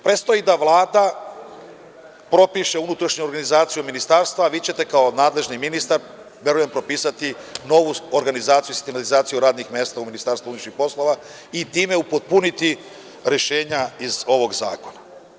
Predstoji da Vlada propiše unutrašnju organizaciju Ministarstva, a vi ćete kao nadležni ministar propisati novu organizaciju i sistematizaciju radnih mesta u Ministarstvu unutrašnjih poslova i time upotpuniti rešenja iz ovog zakona.